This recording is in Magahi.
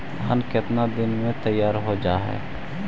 धान केतना दिन में तैयार हो जाय है?